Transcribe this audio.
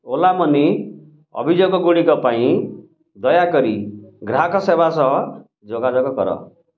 Ola money ଅଭିଯୋଗଗୁଡ଼ିକ ପାଇଁ ଦୟାକରି ଗ୍ରାହକ ସେବା ସହ ଯୋଗାଯୋଗ କର